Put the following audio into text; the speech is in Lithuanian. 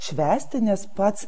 švęsti nes pats